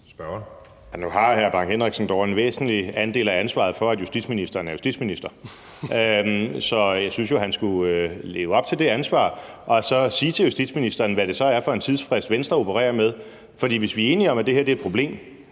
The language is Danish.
Nu har hr. Preben Bang Henriksen dog en væsentlig del af ansvaret for, at justitsministeren er justitsminister, så jeg synes jo, at han skulle leve op til det ansvar og så sige til justitsministeren, hvad det så er for en tidsfrist, Venstre opererer med. For hvis vi er enige om, at det her er et problem,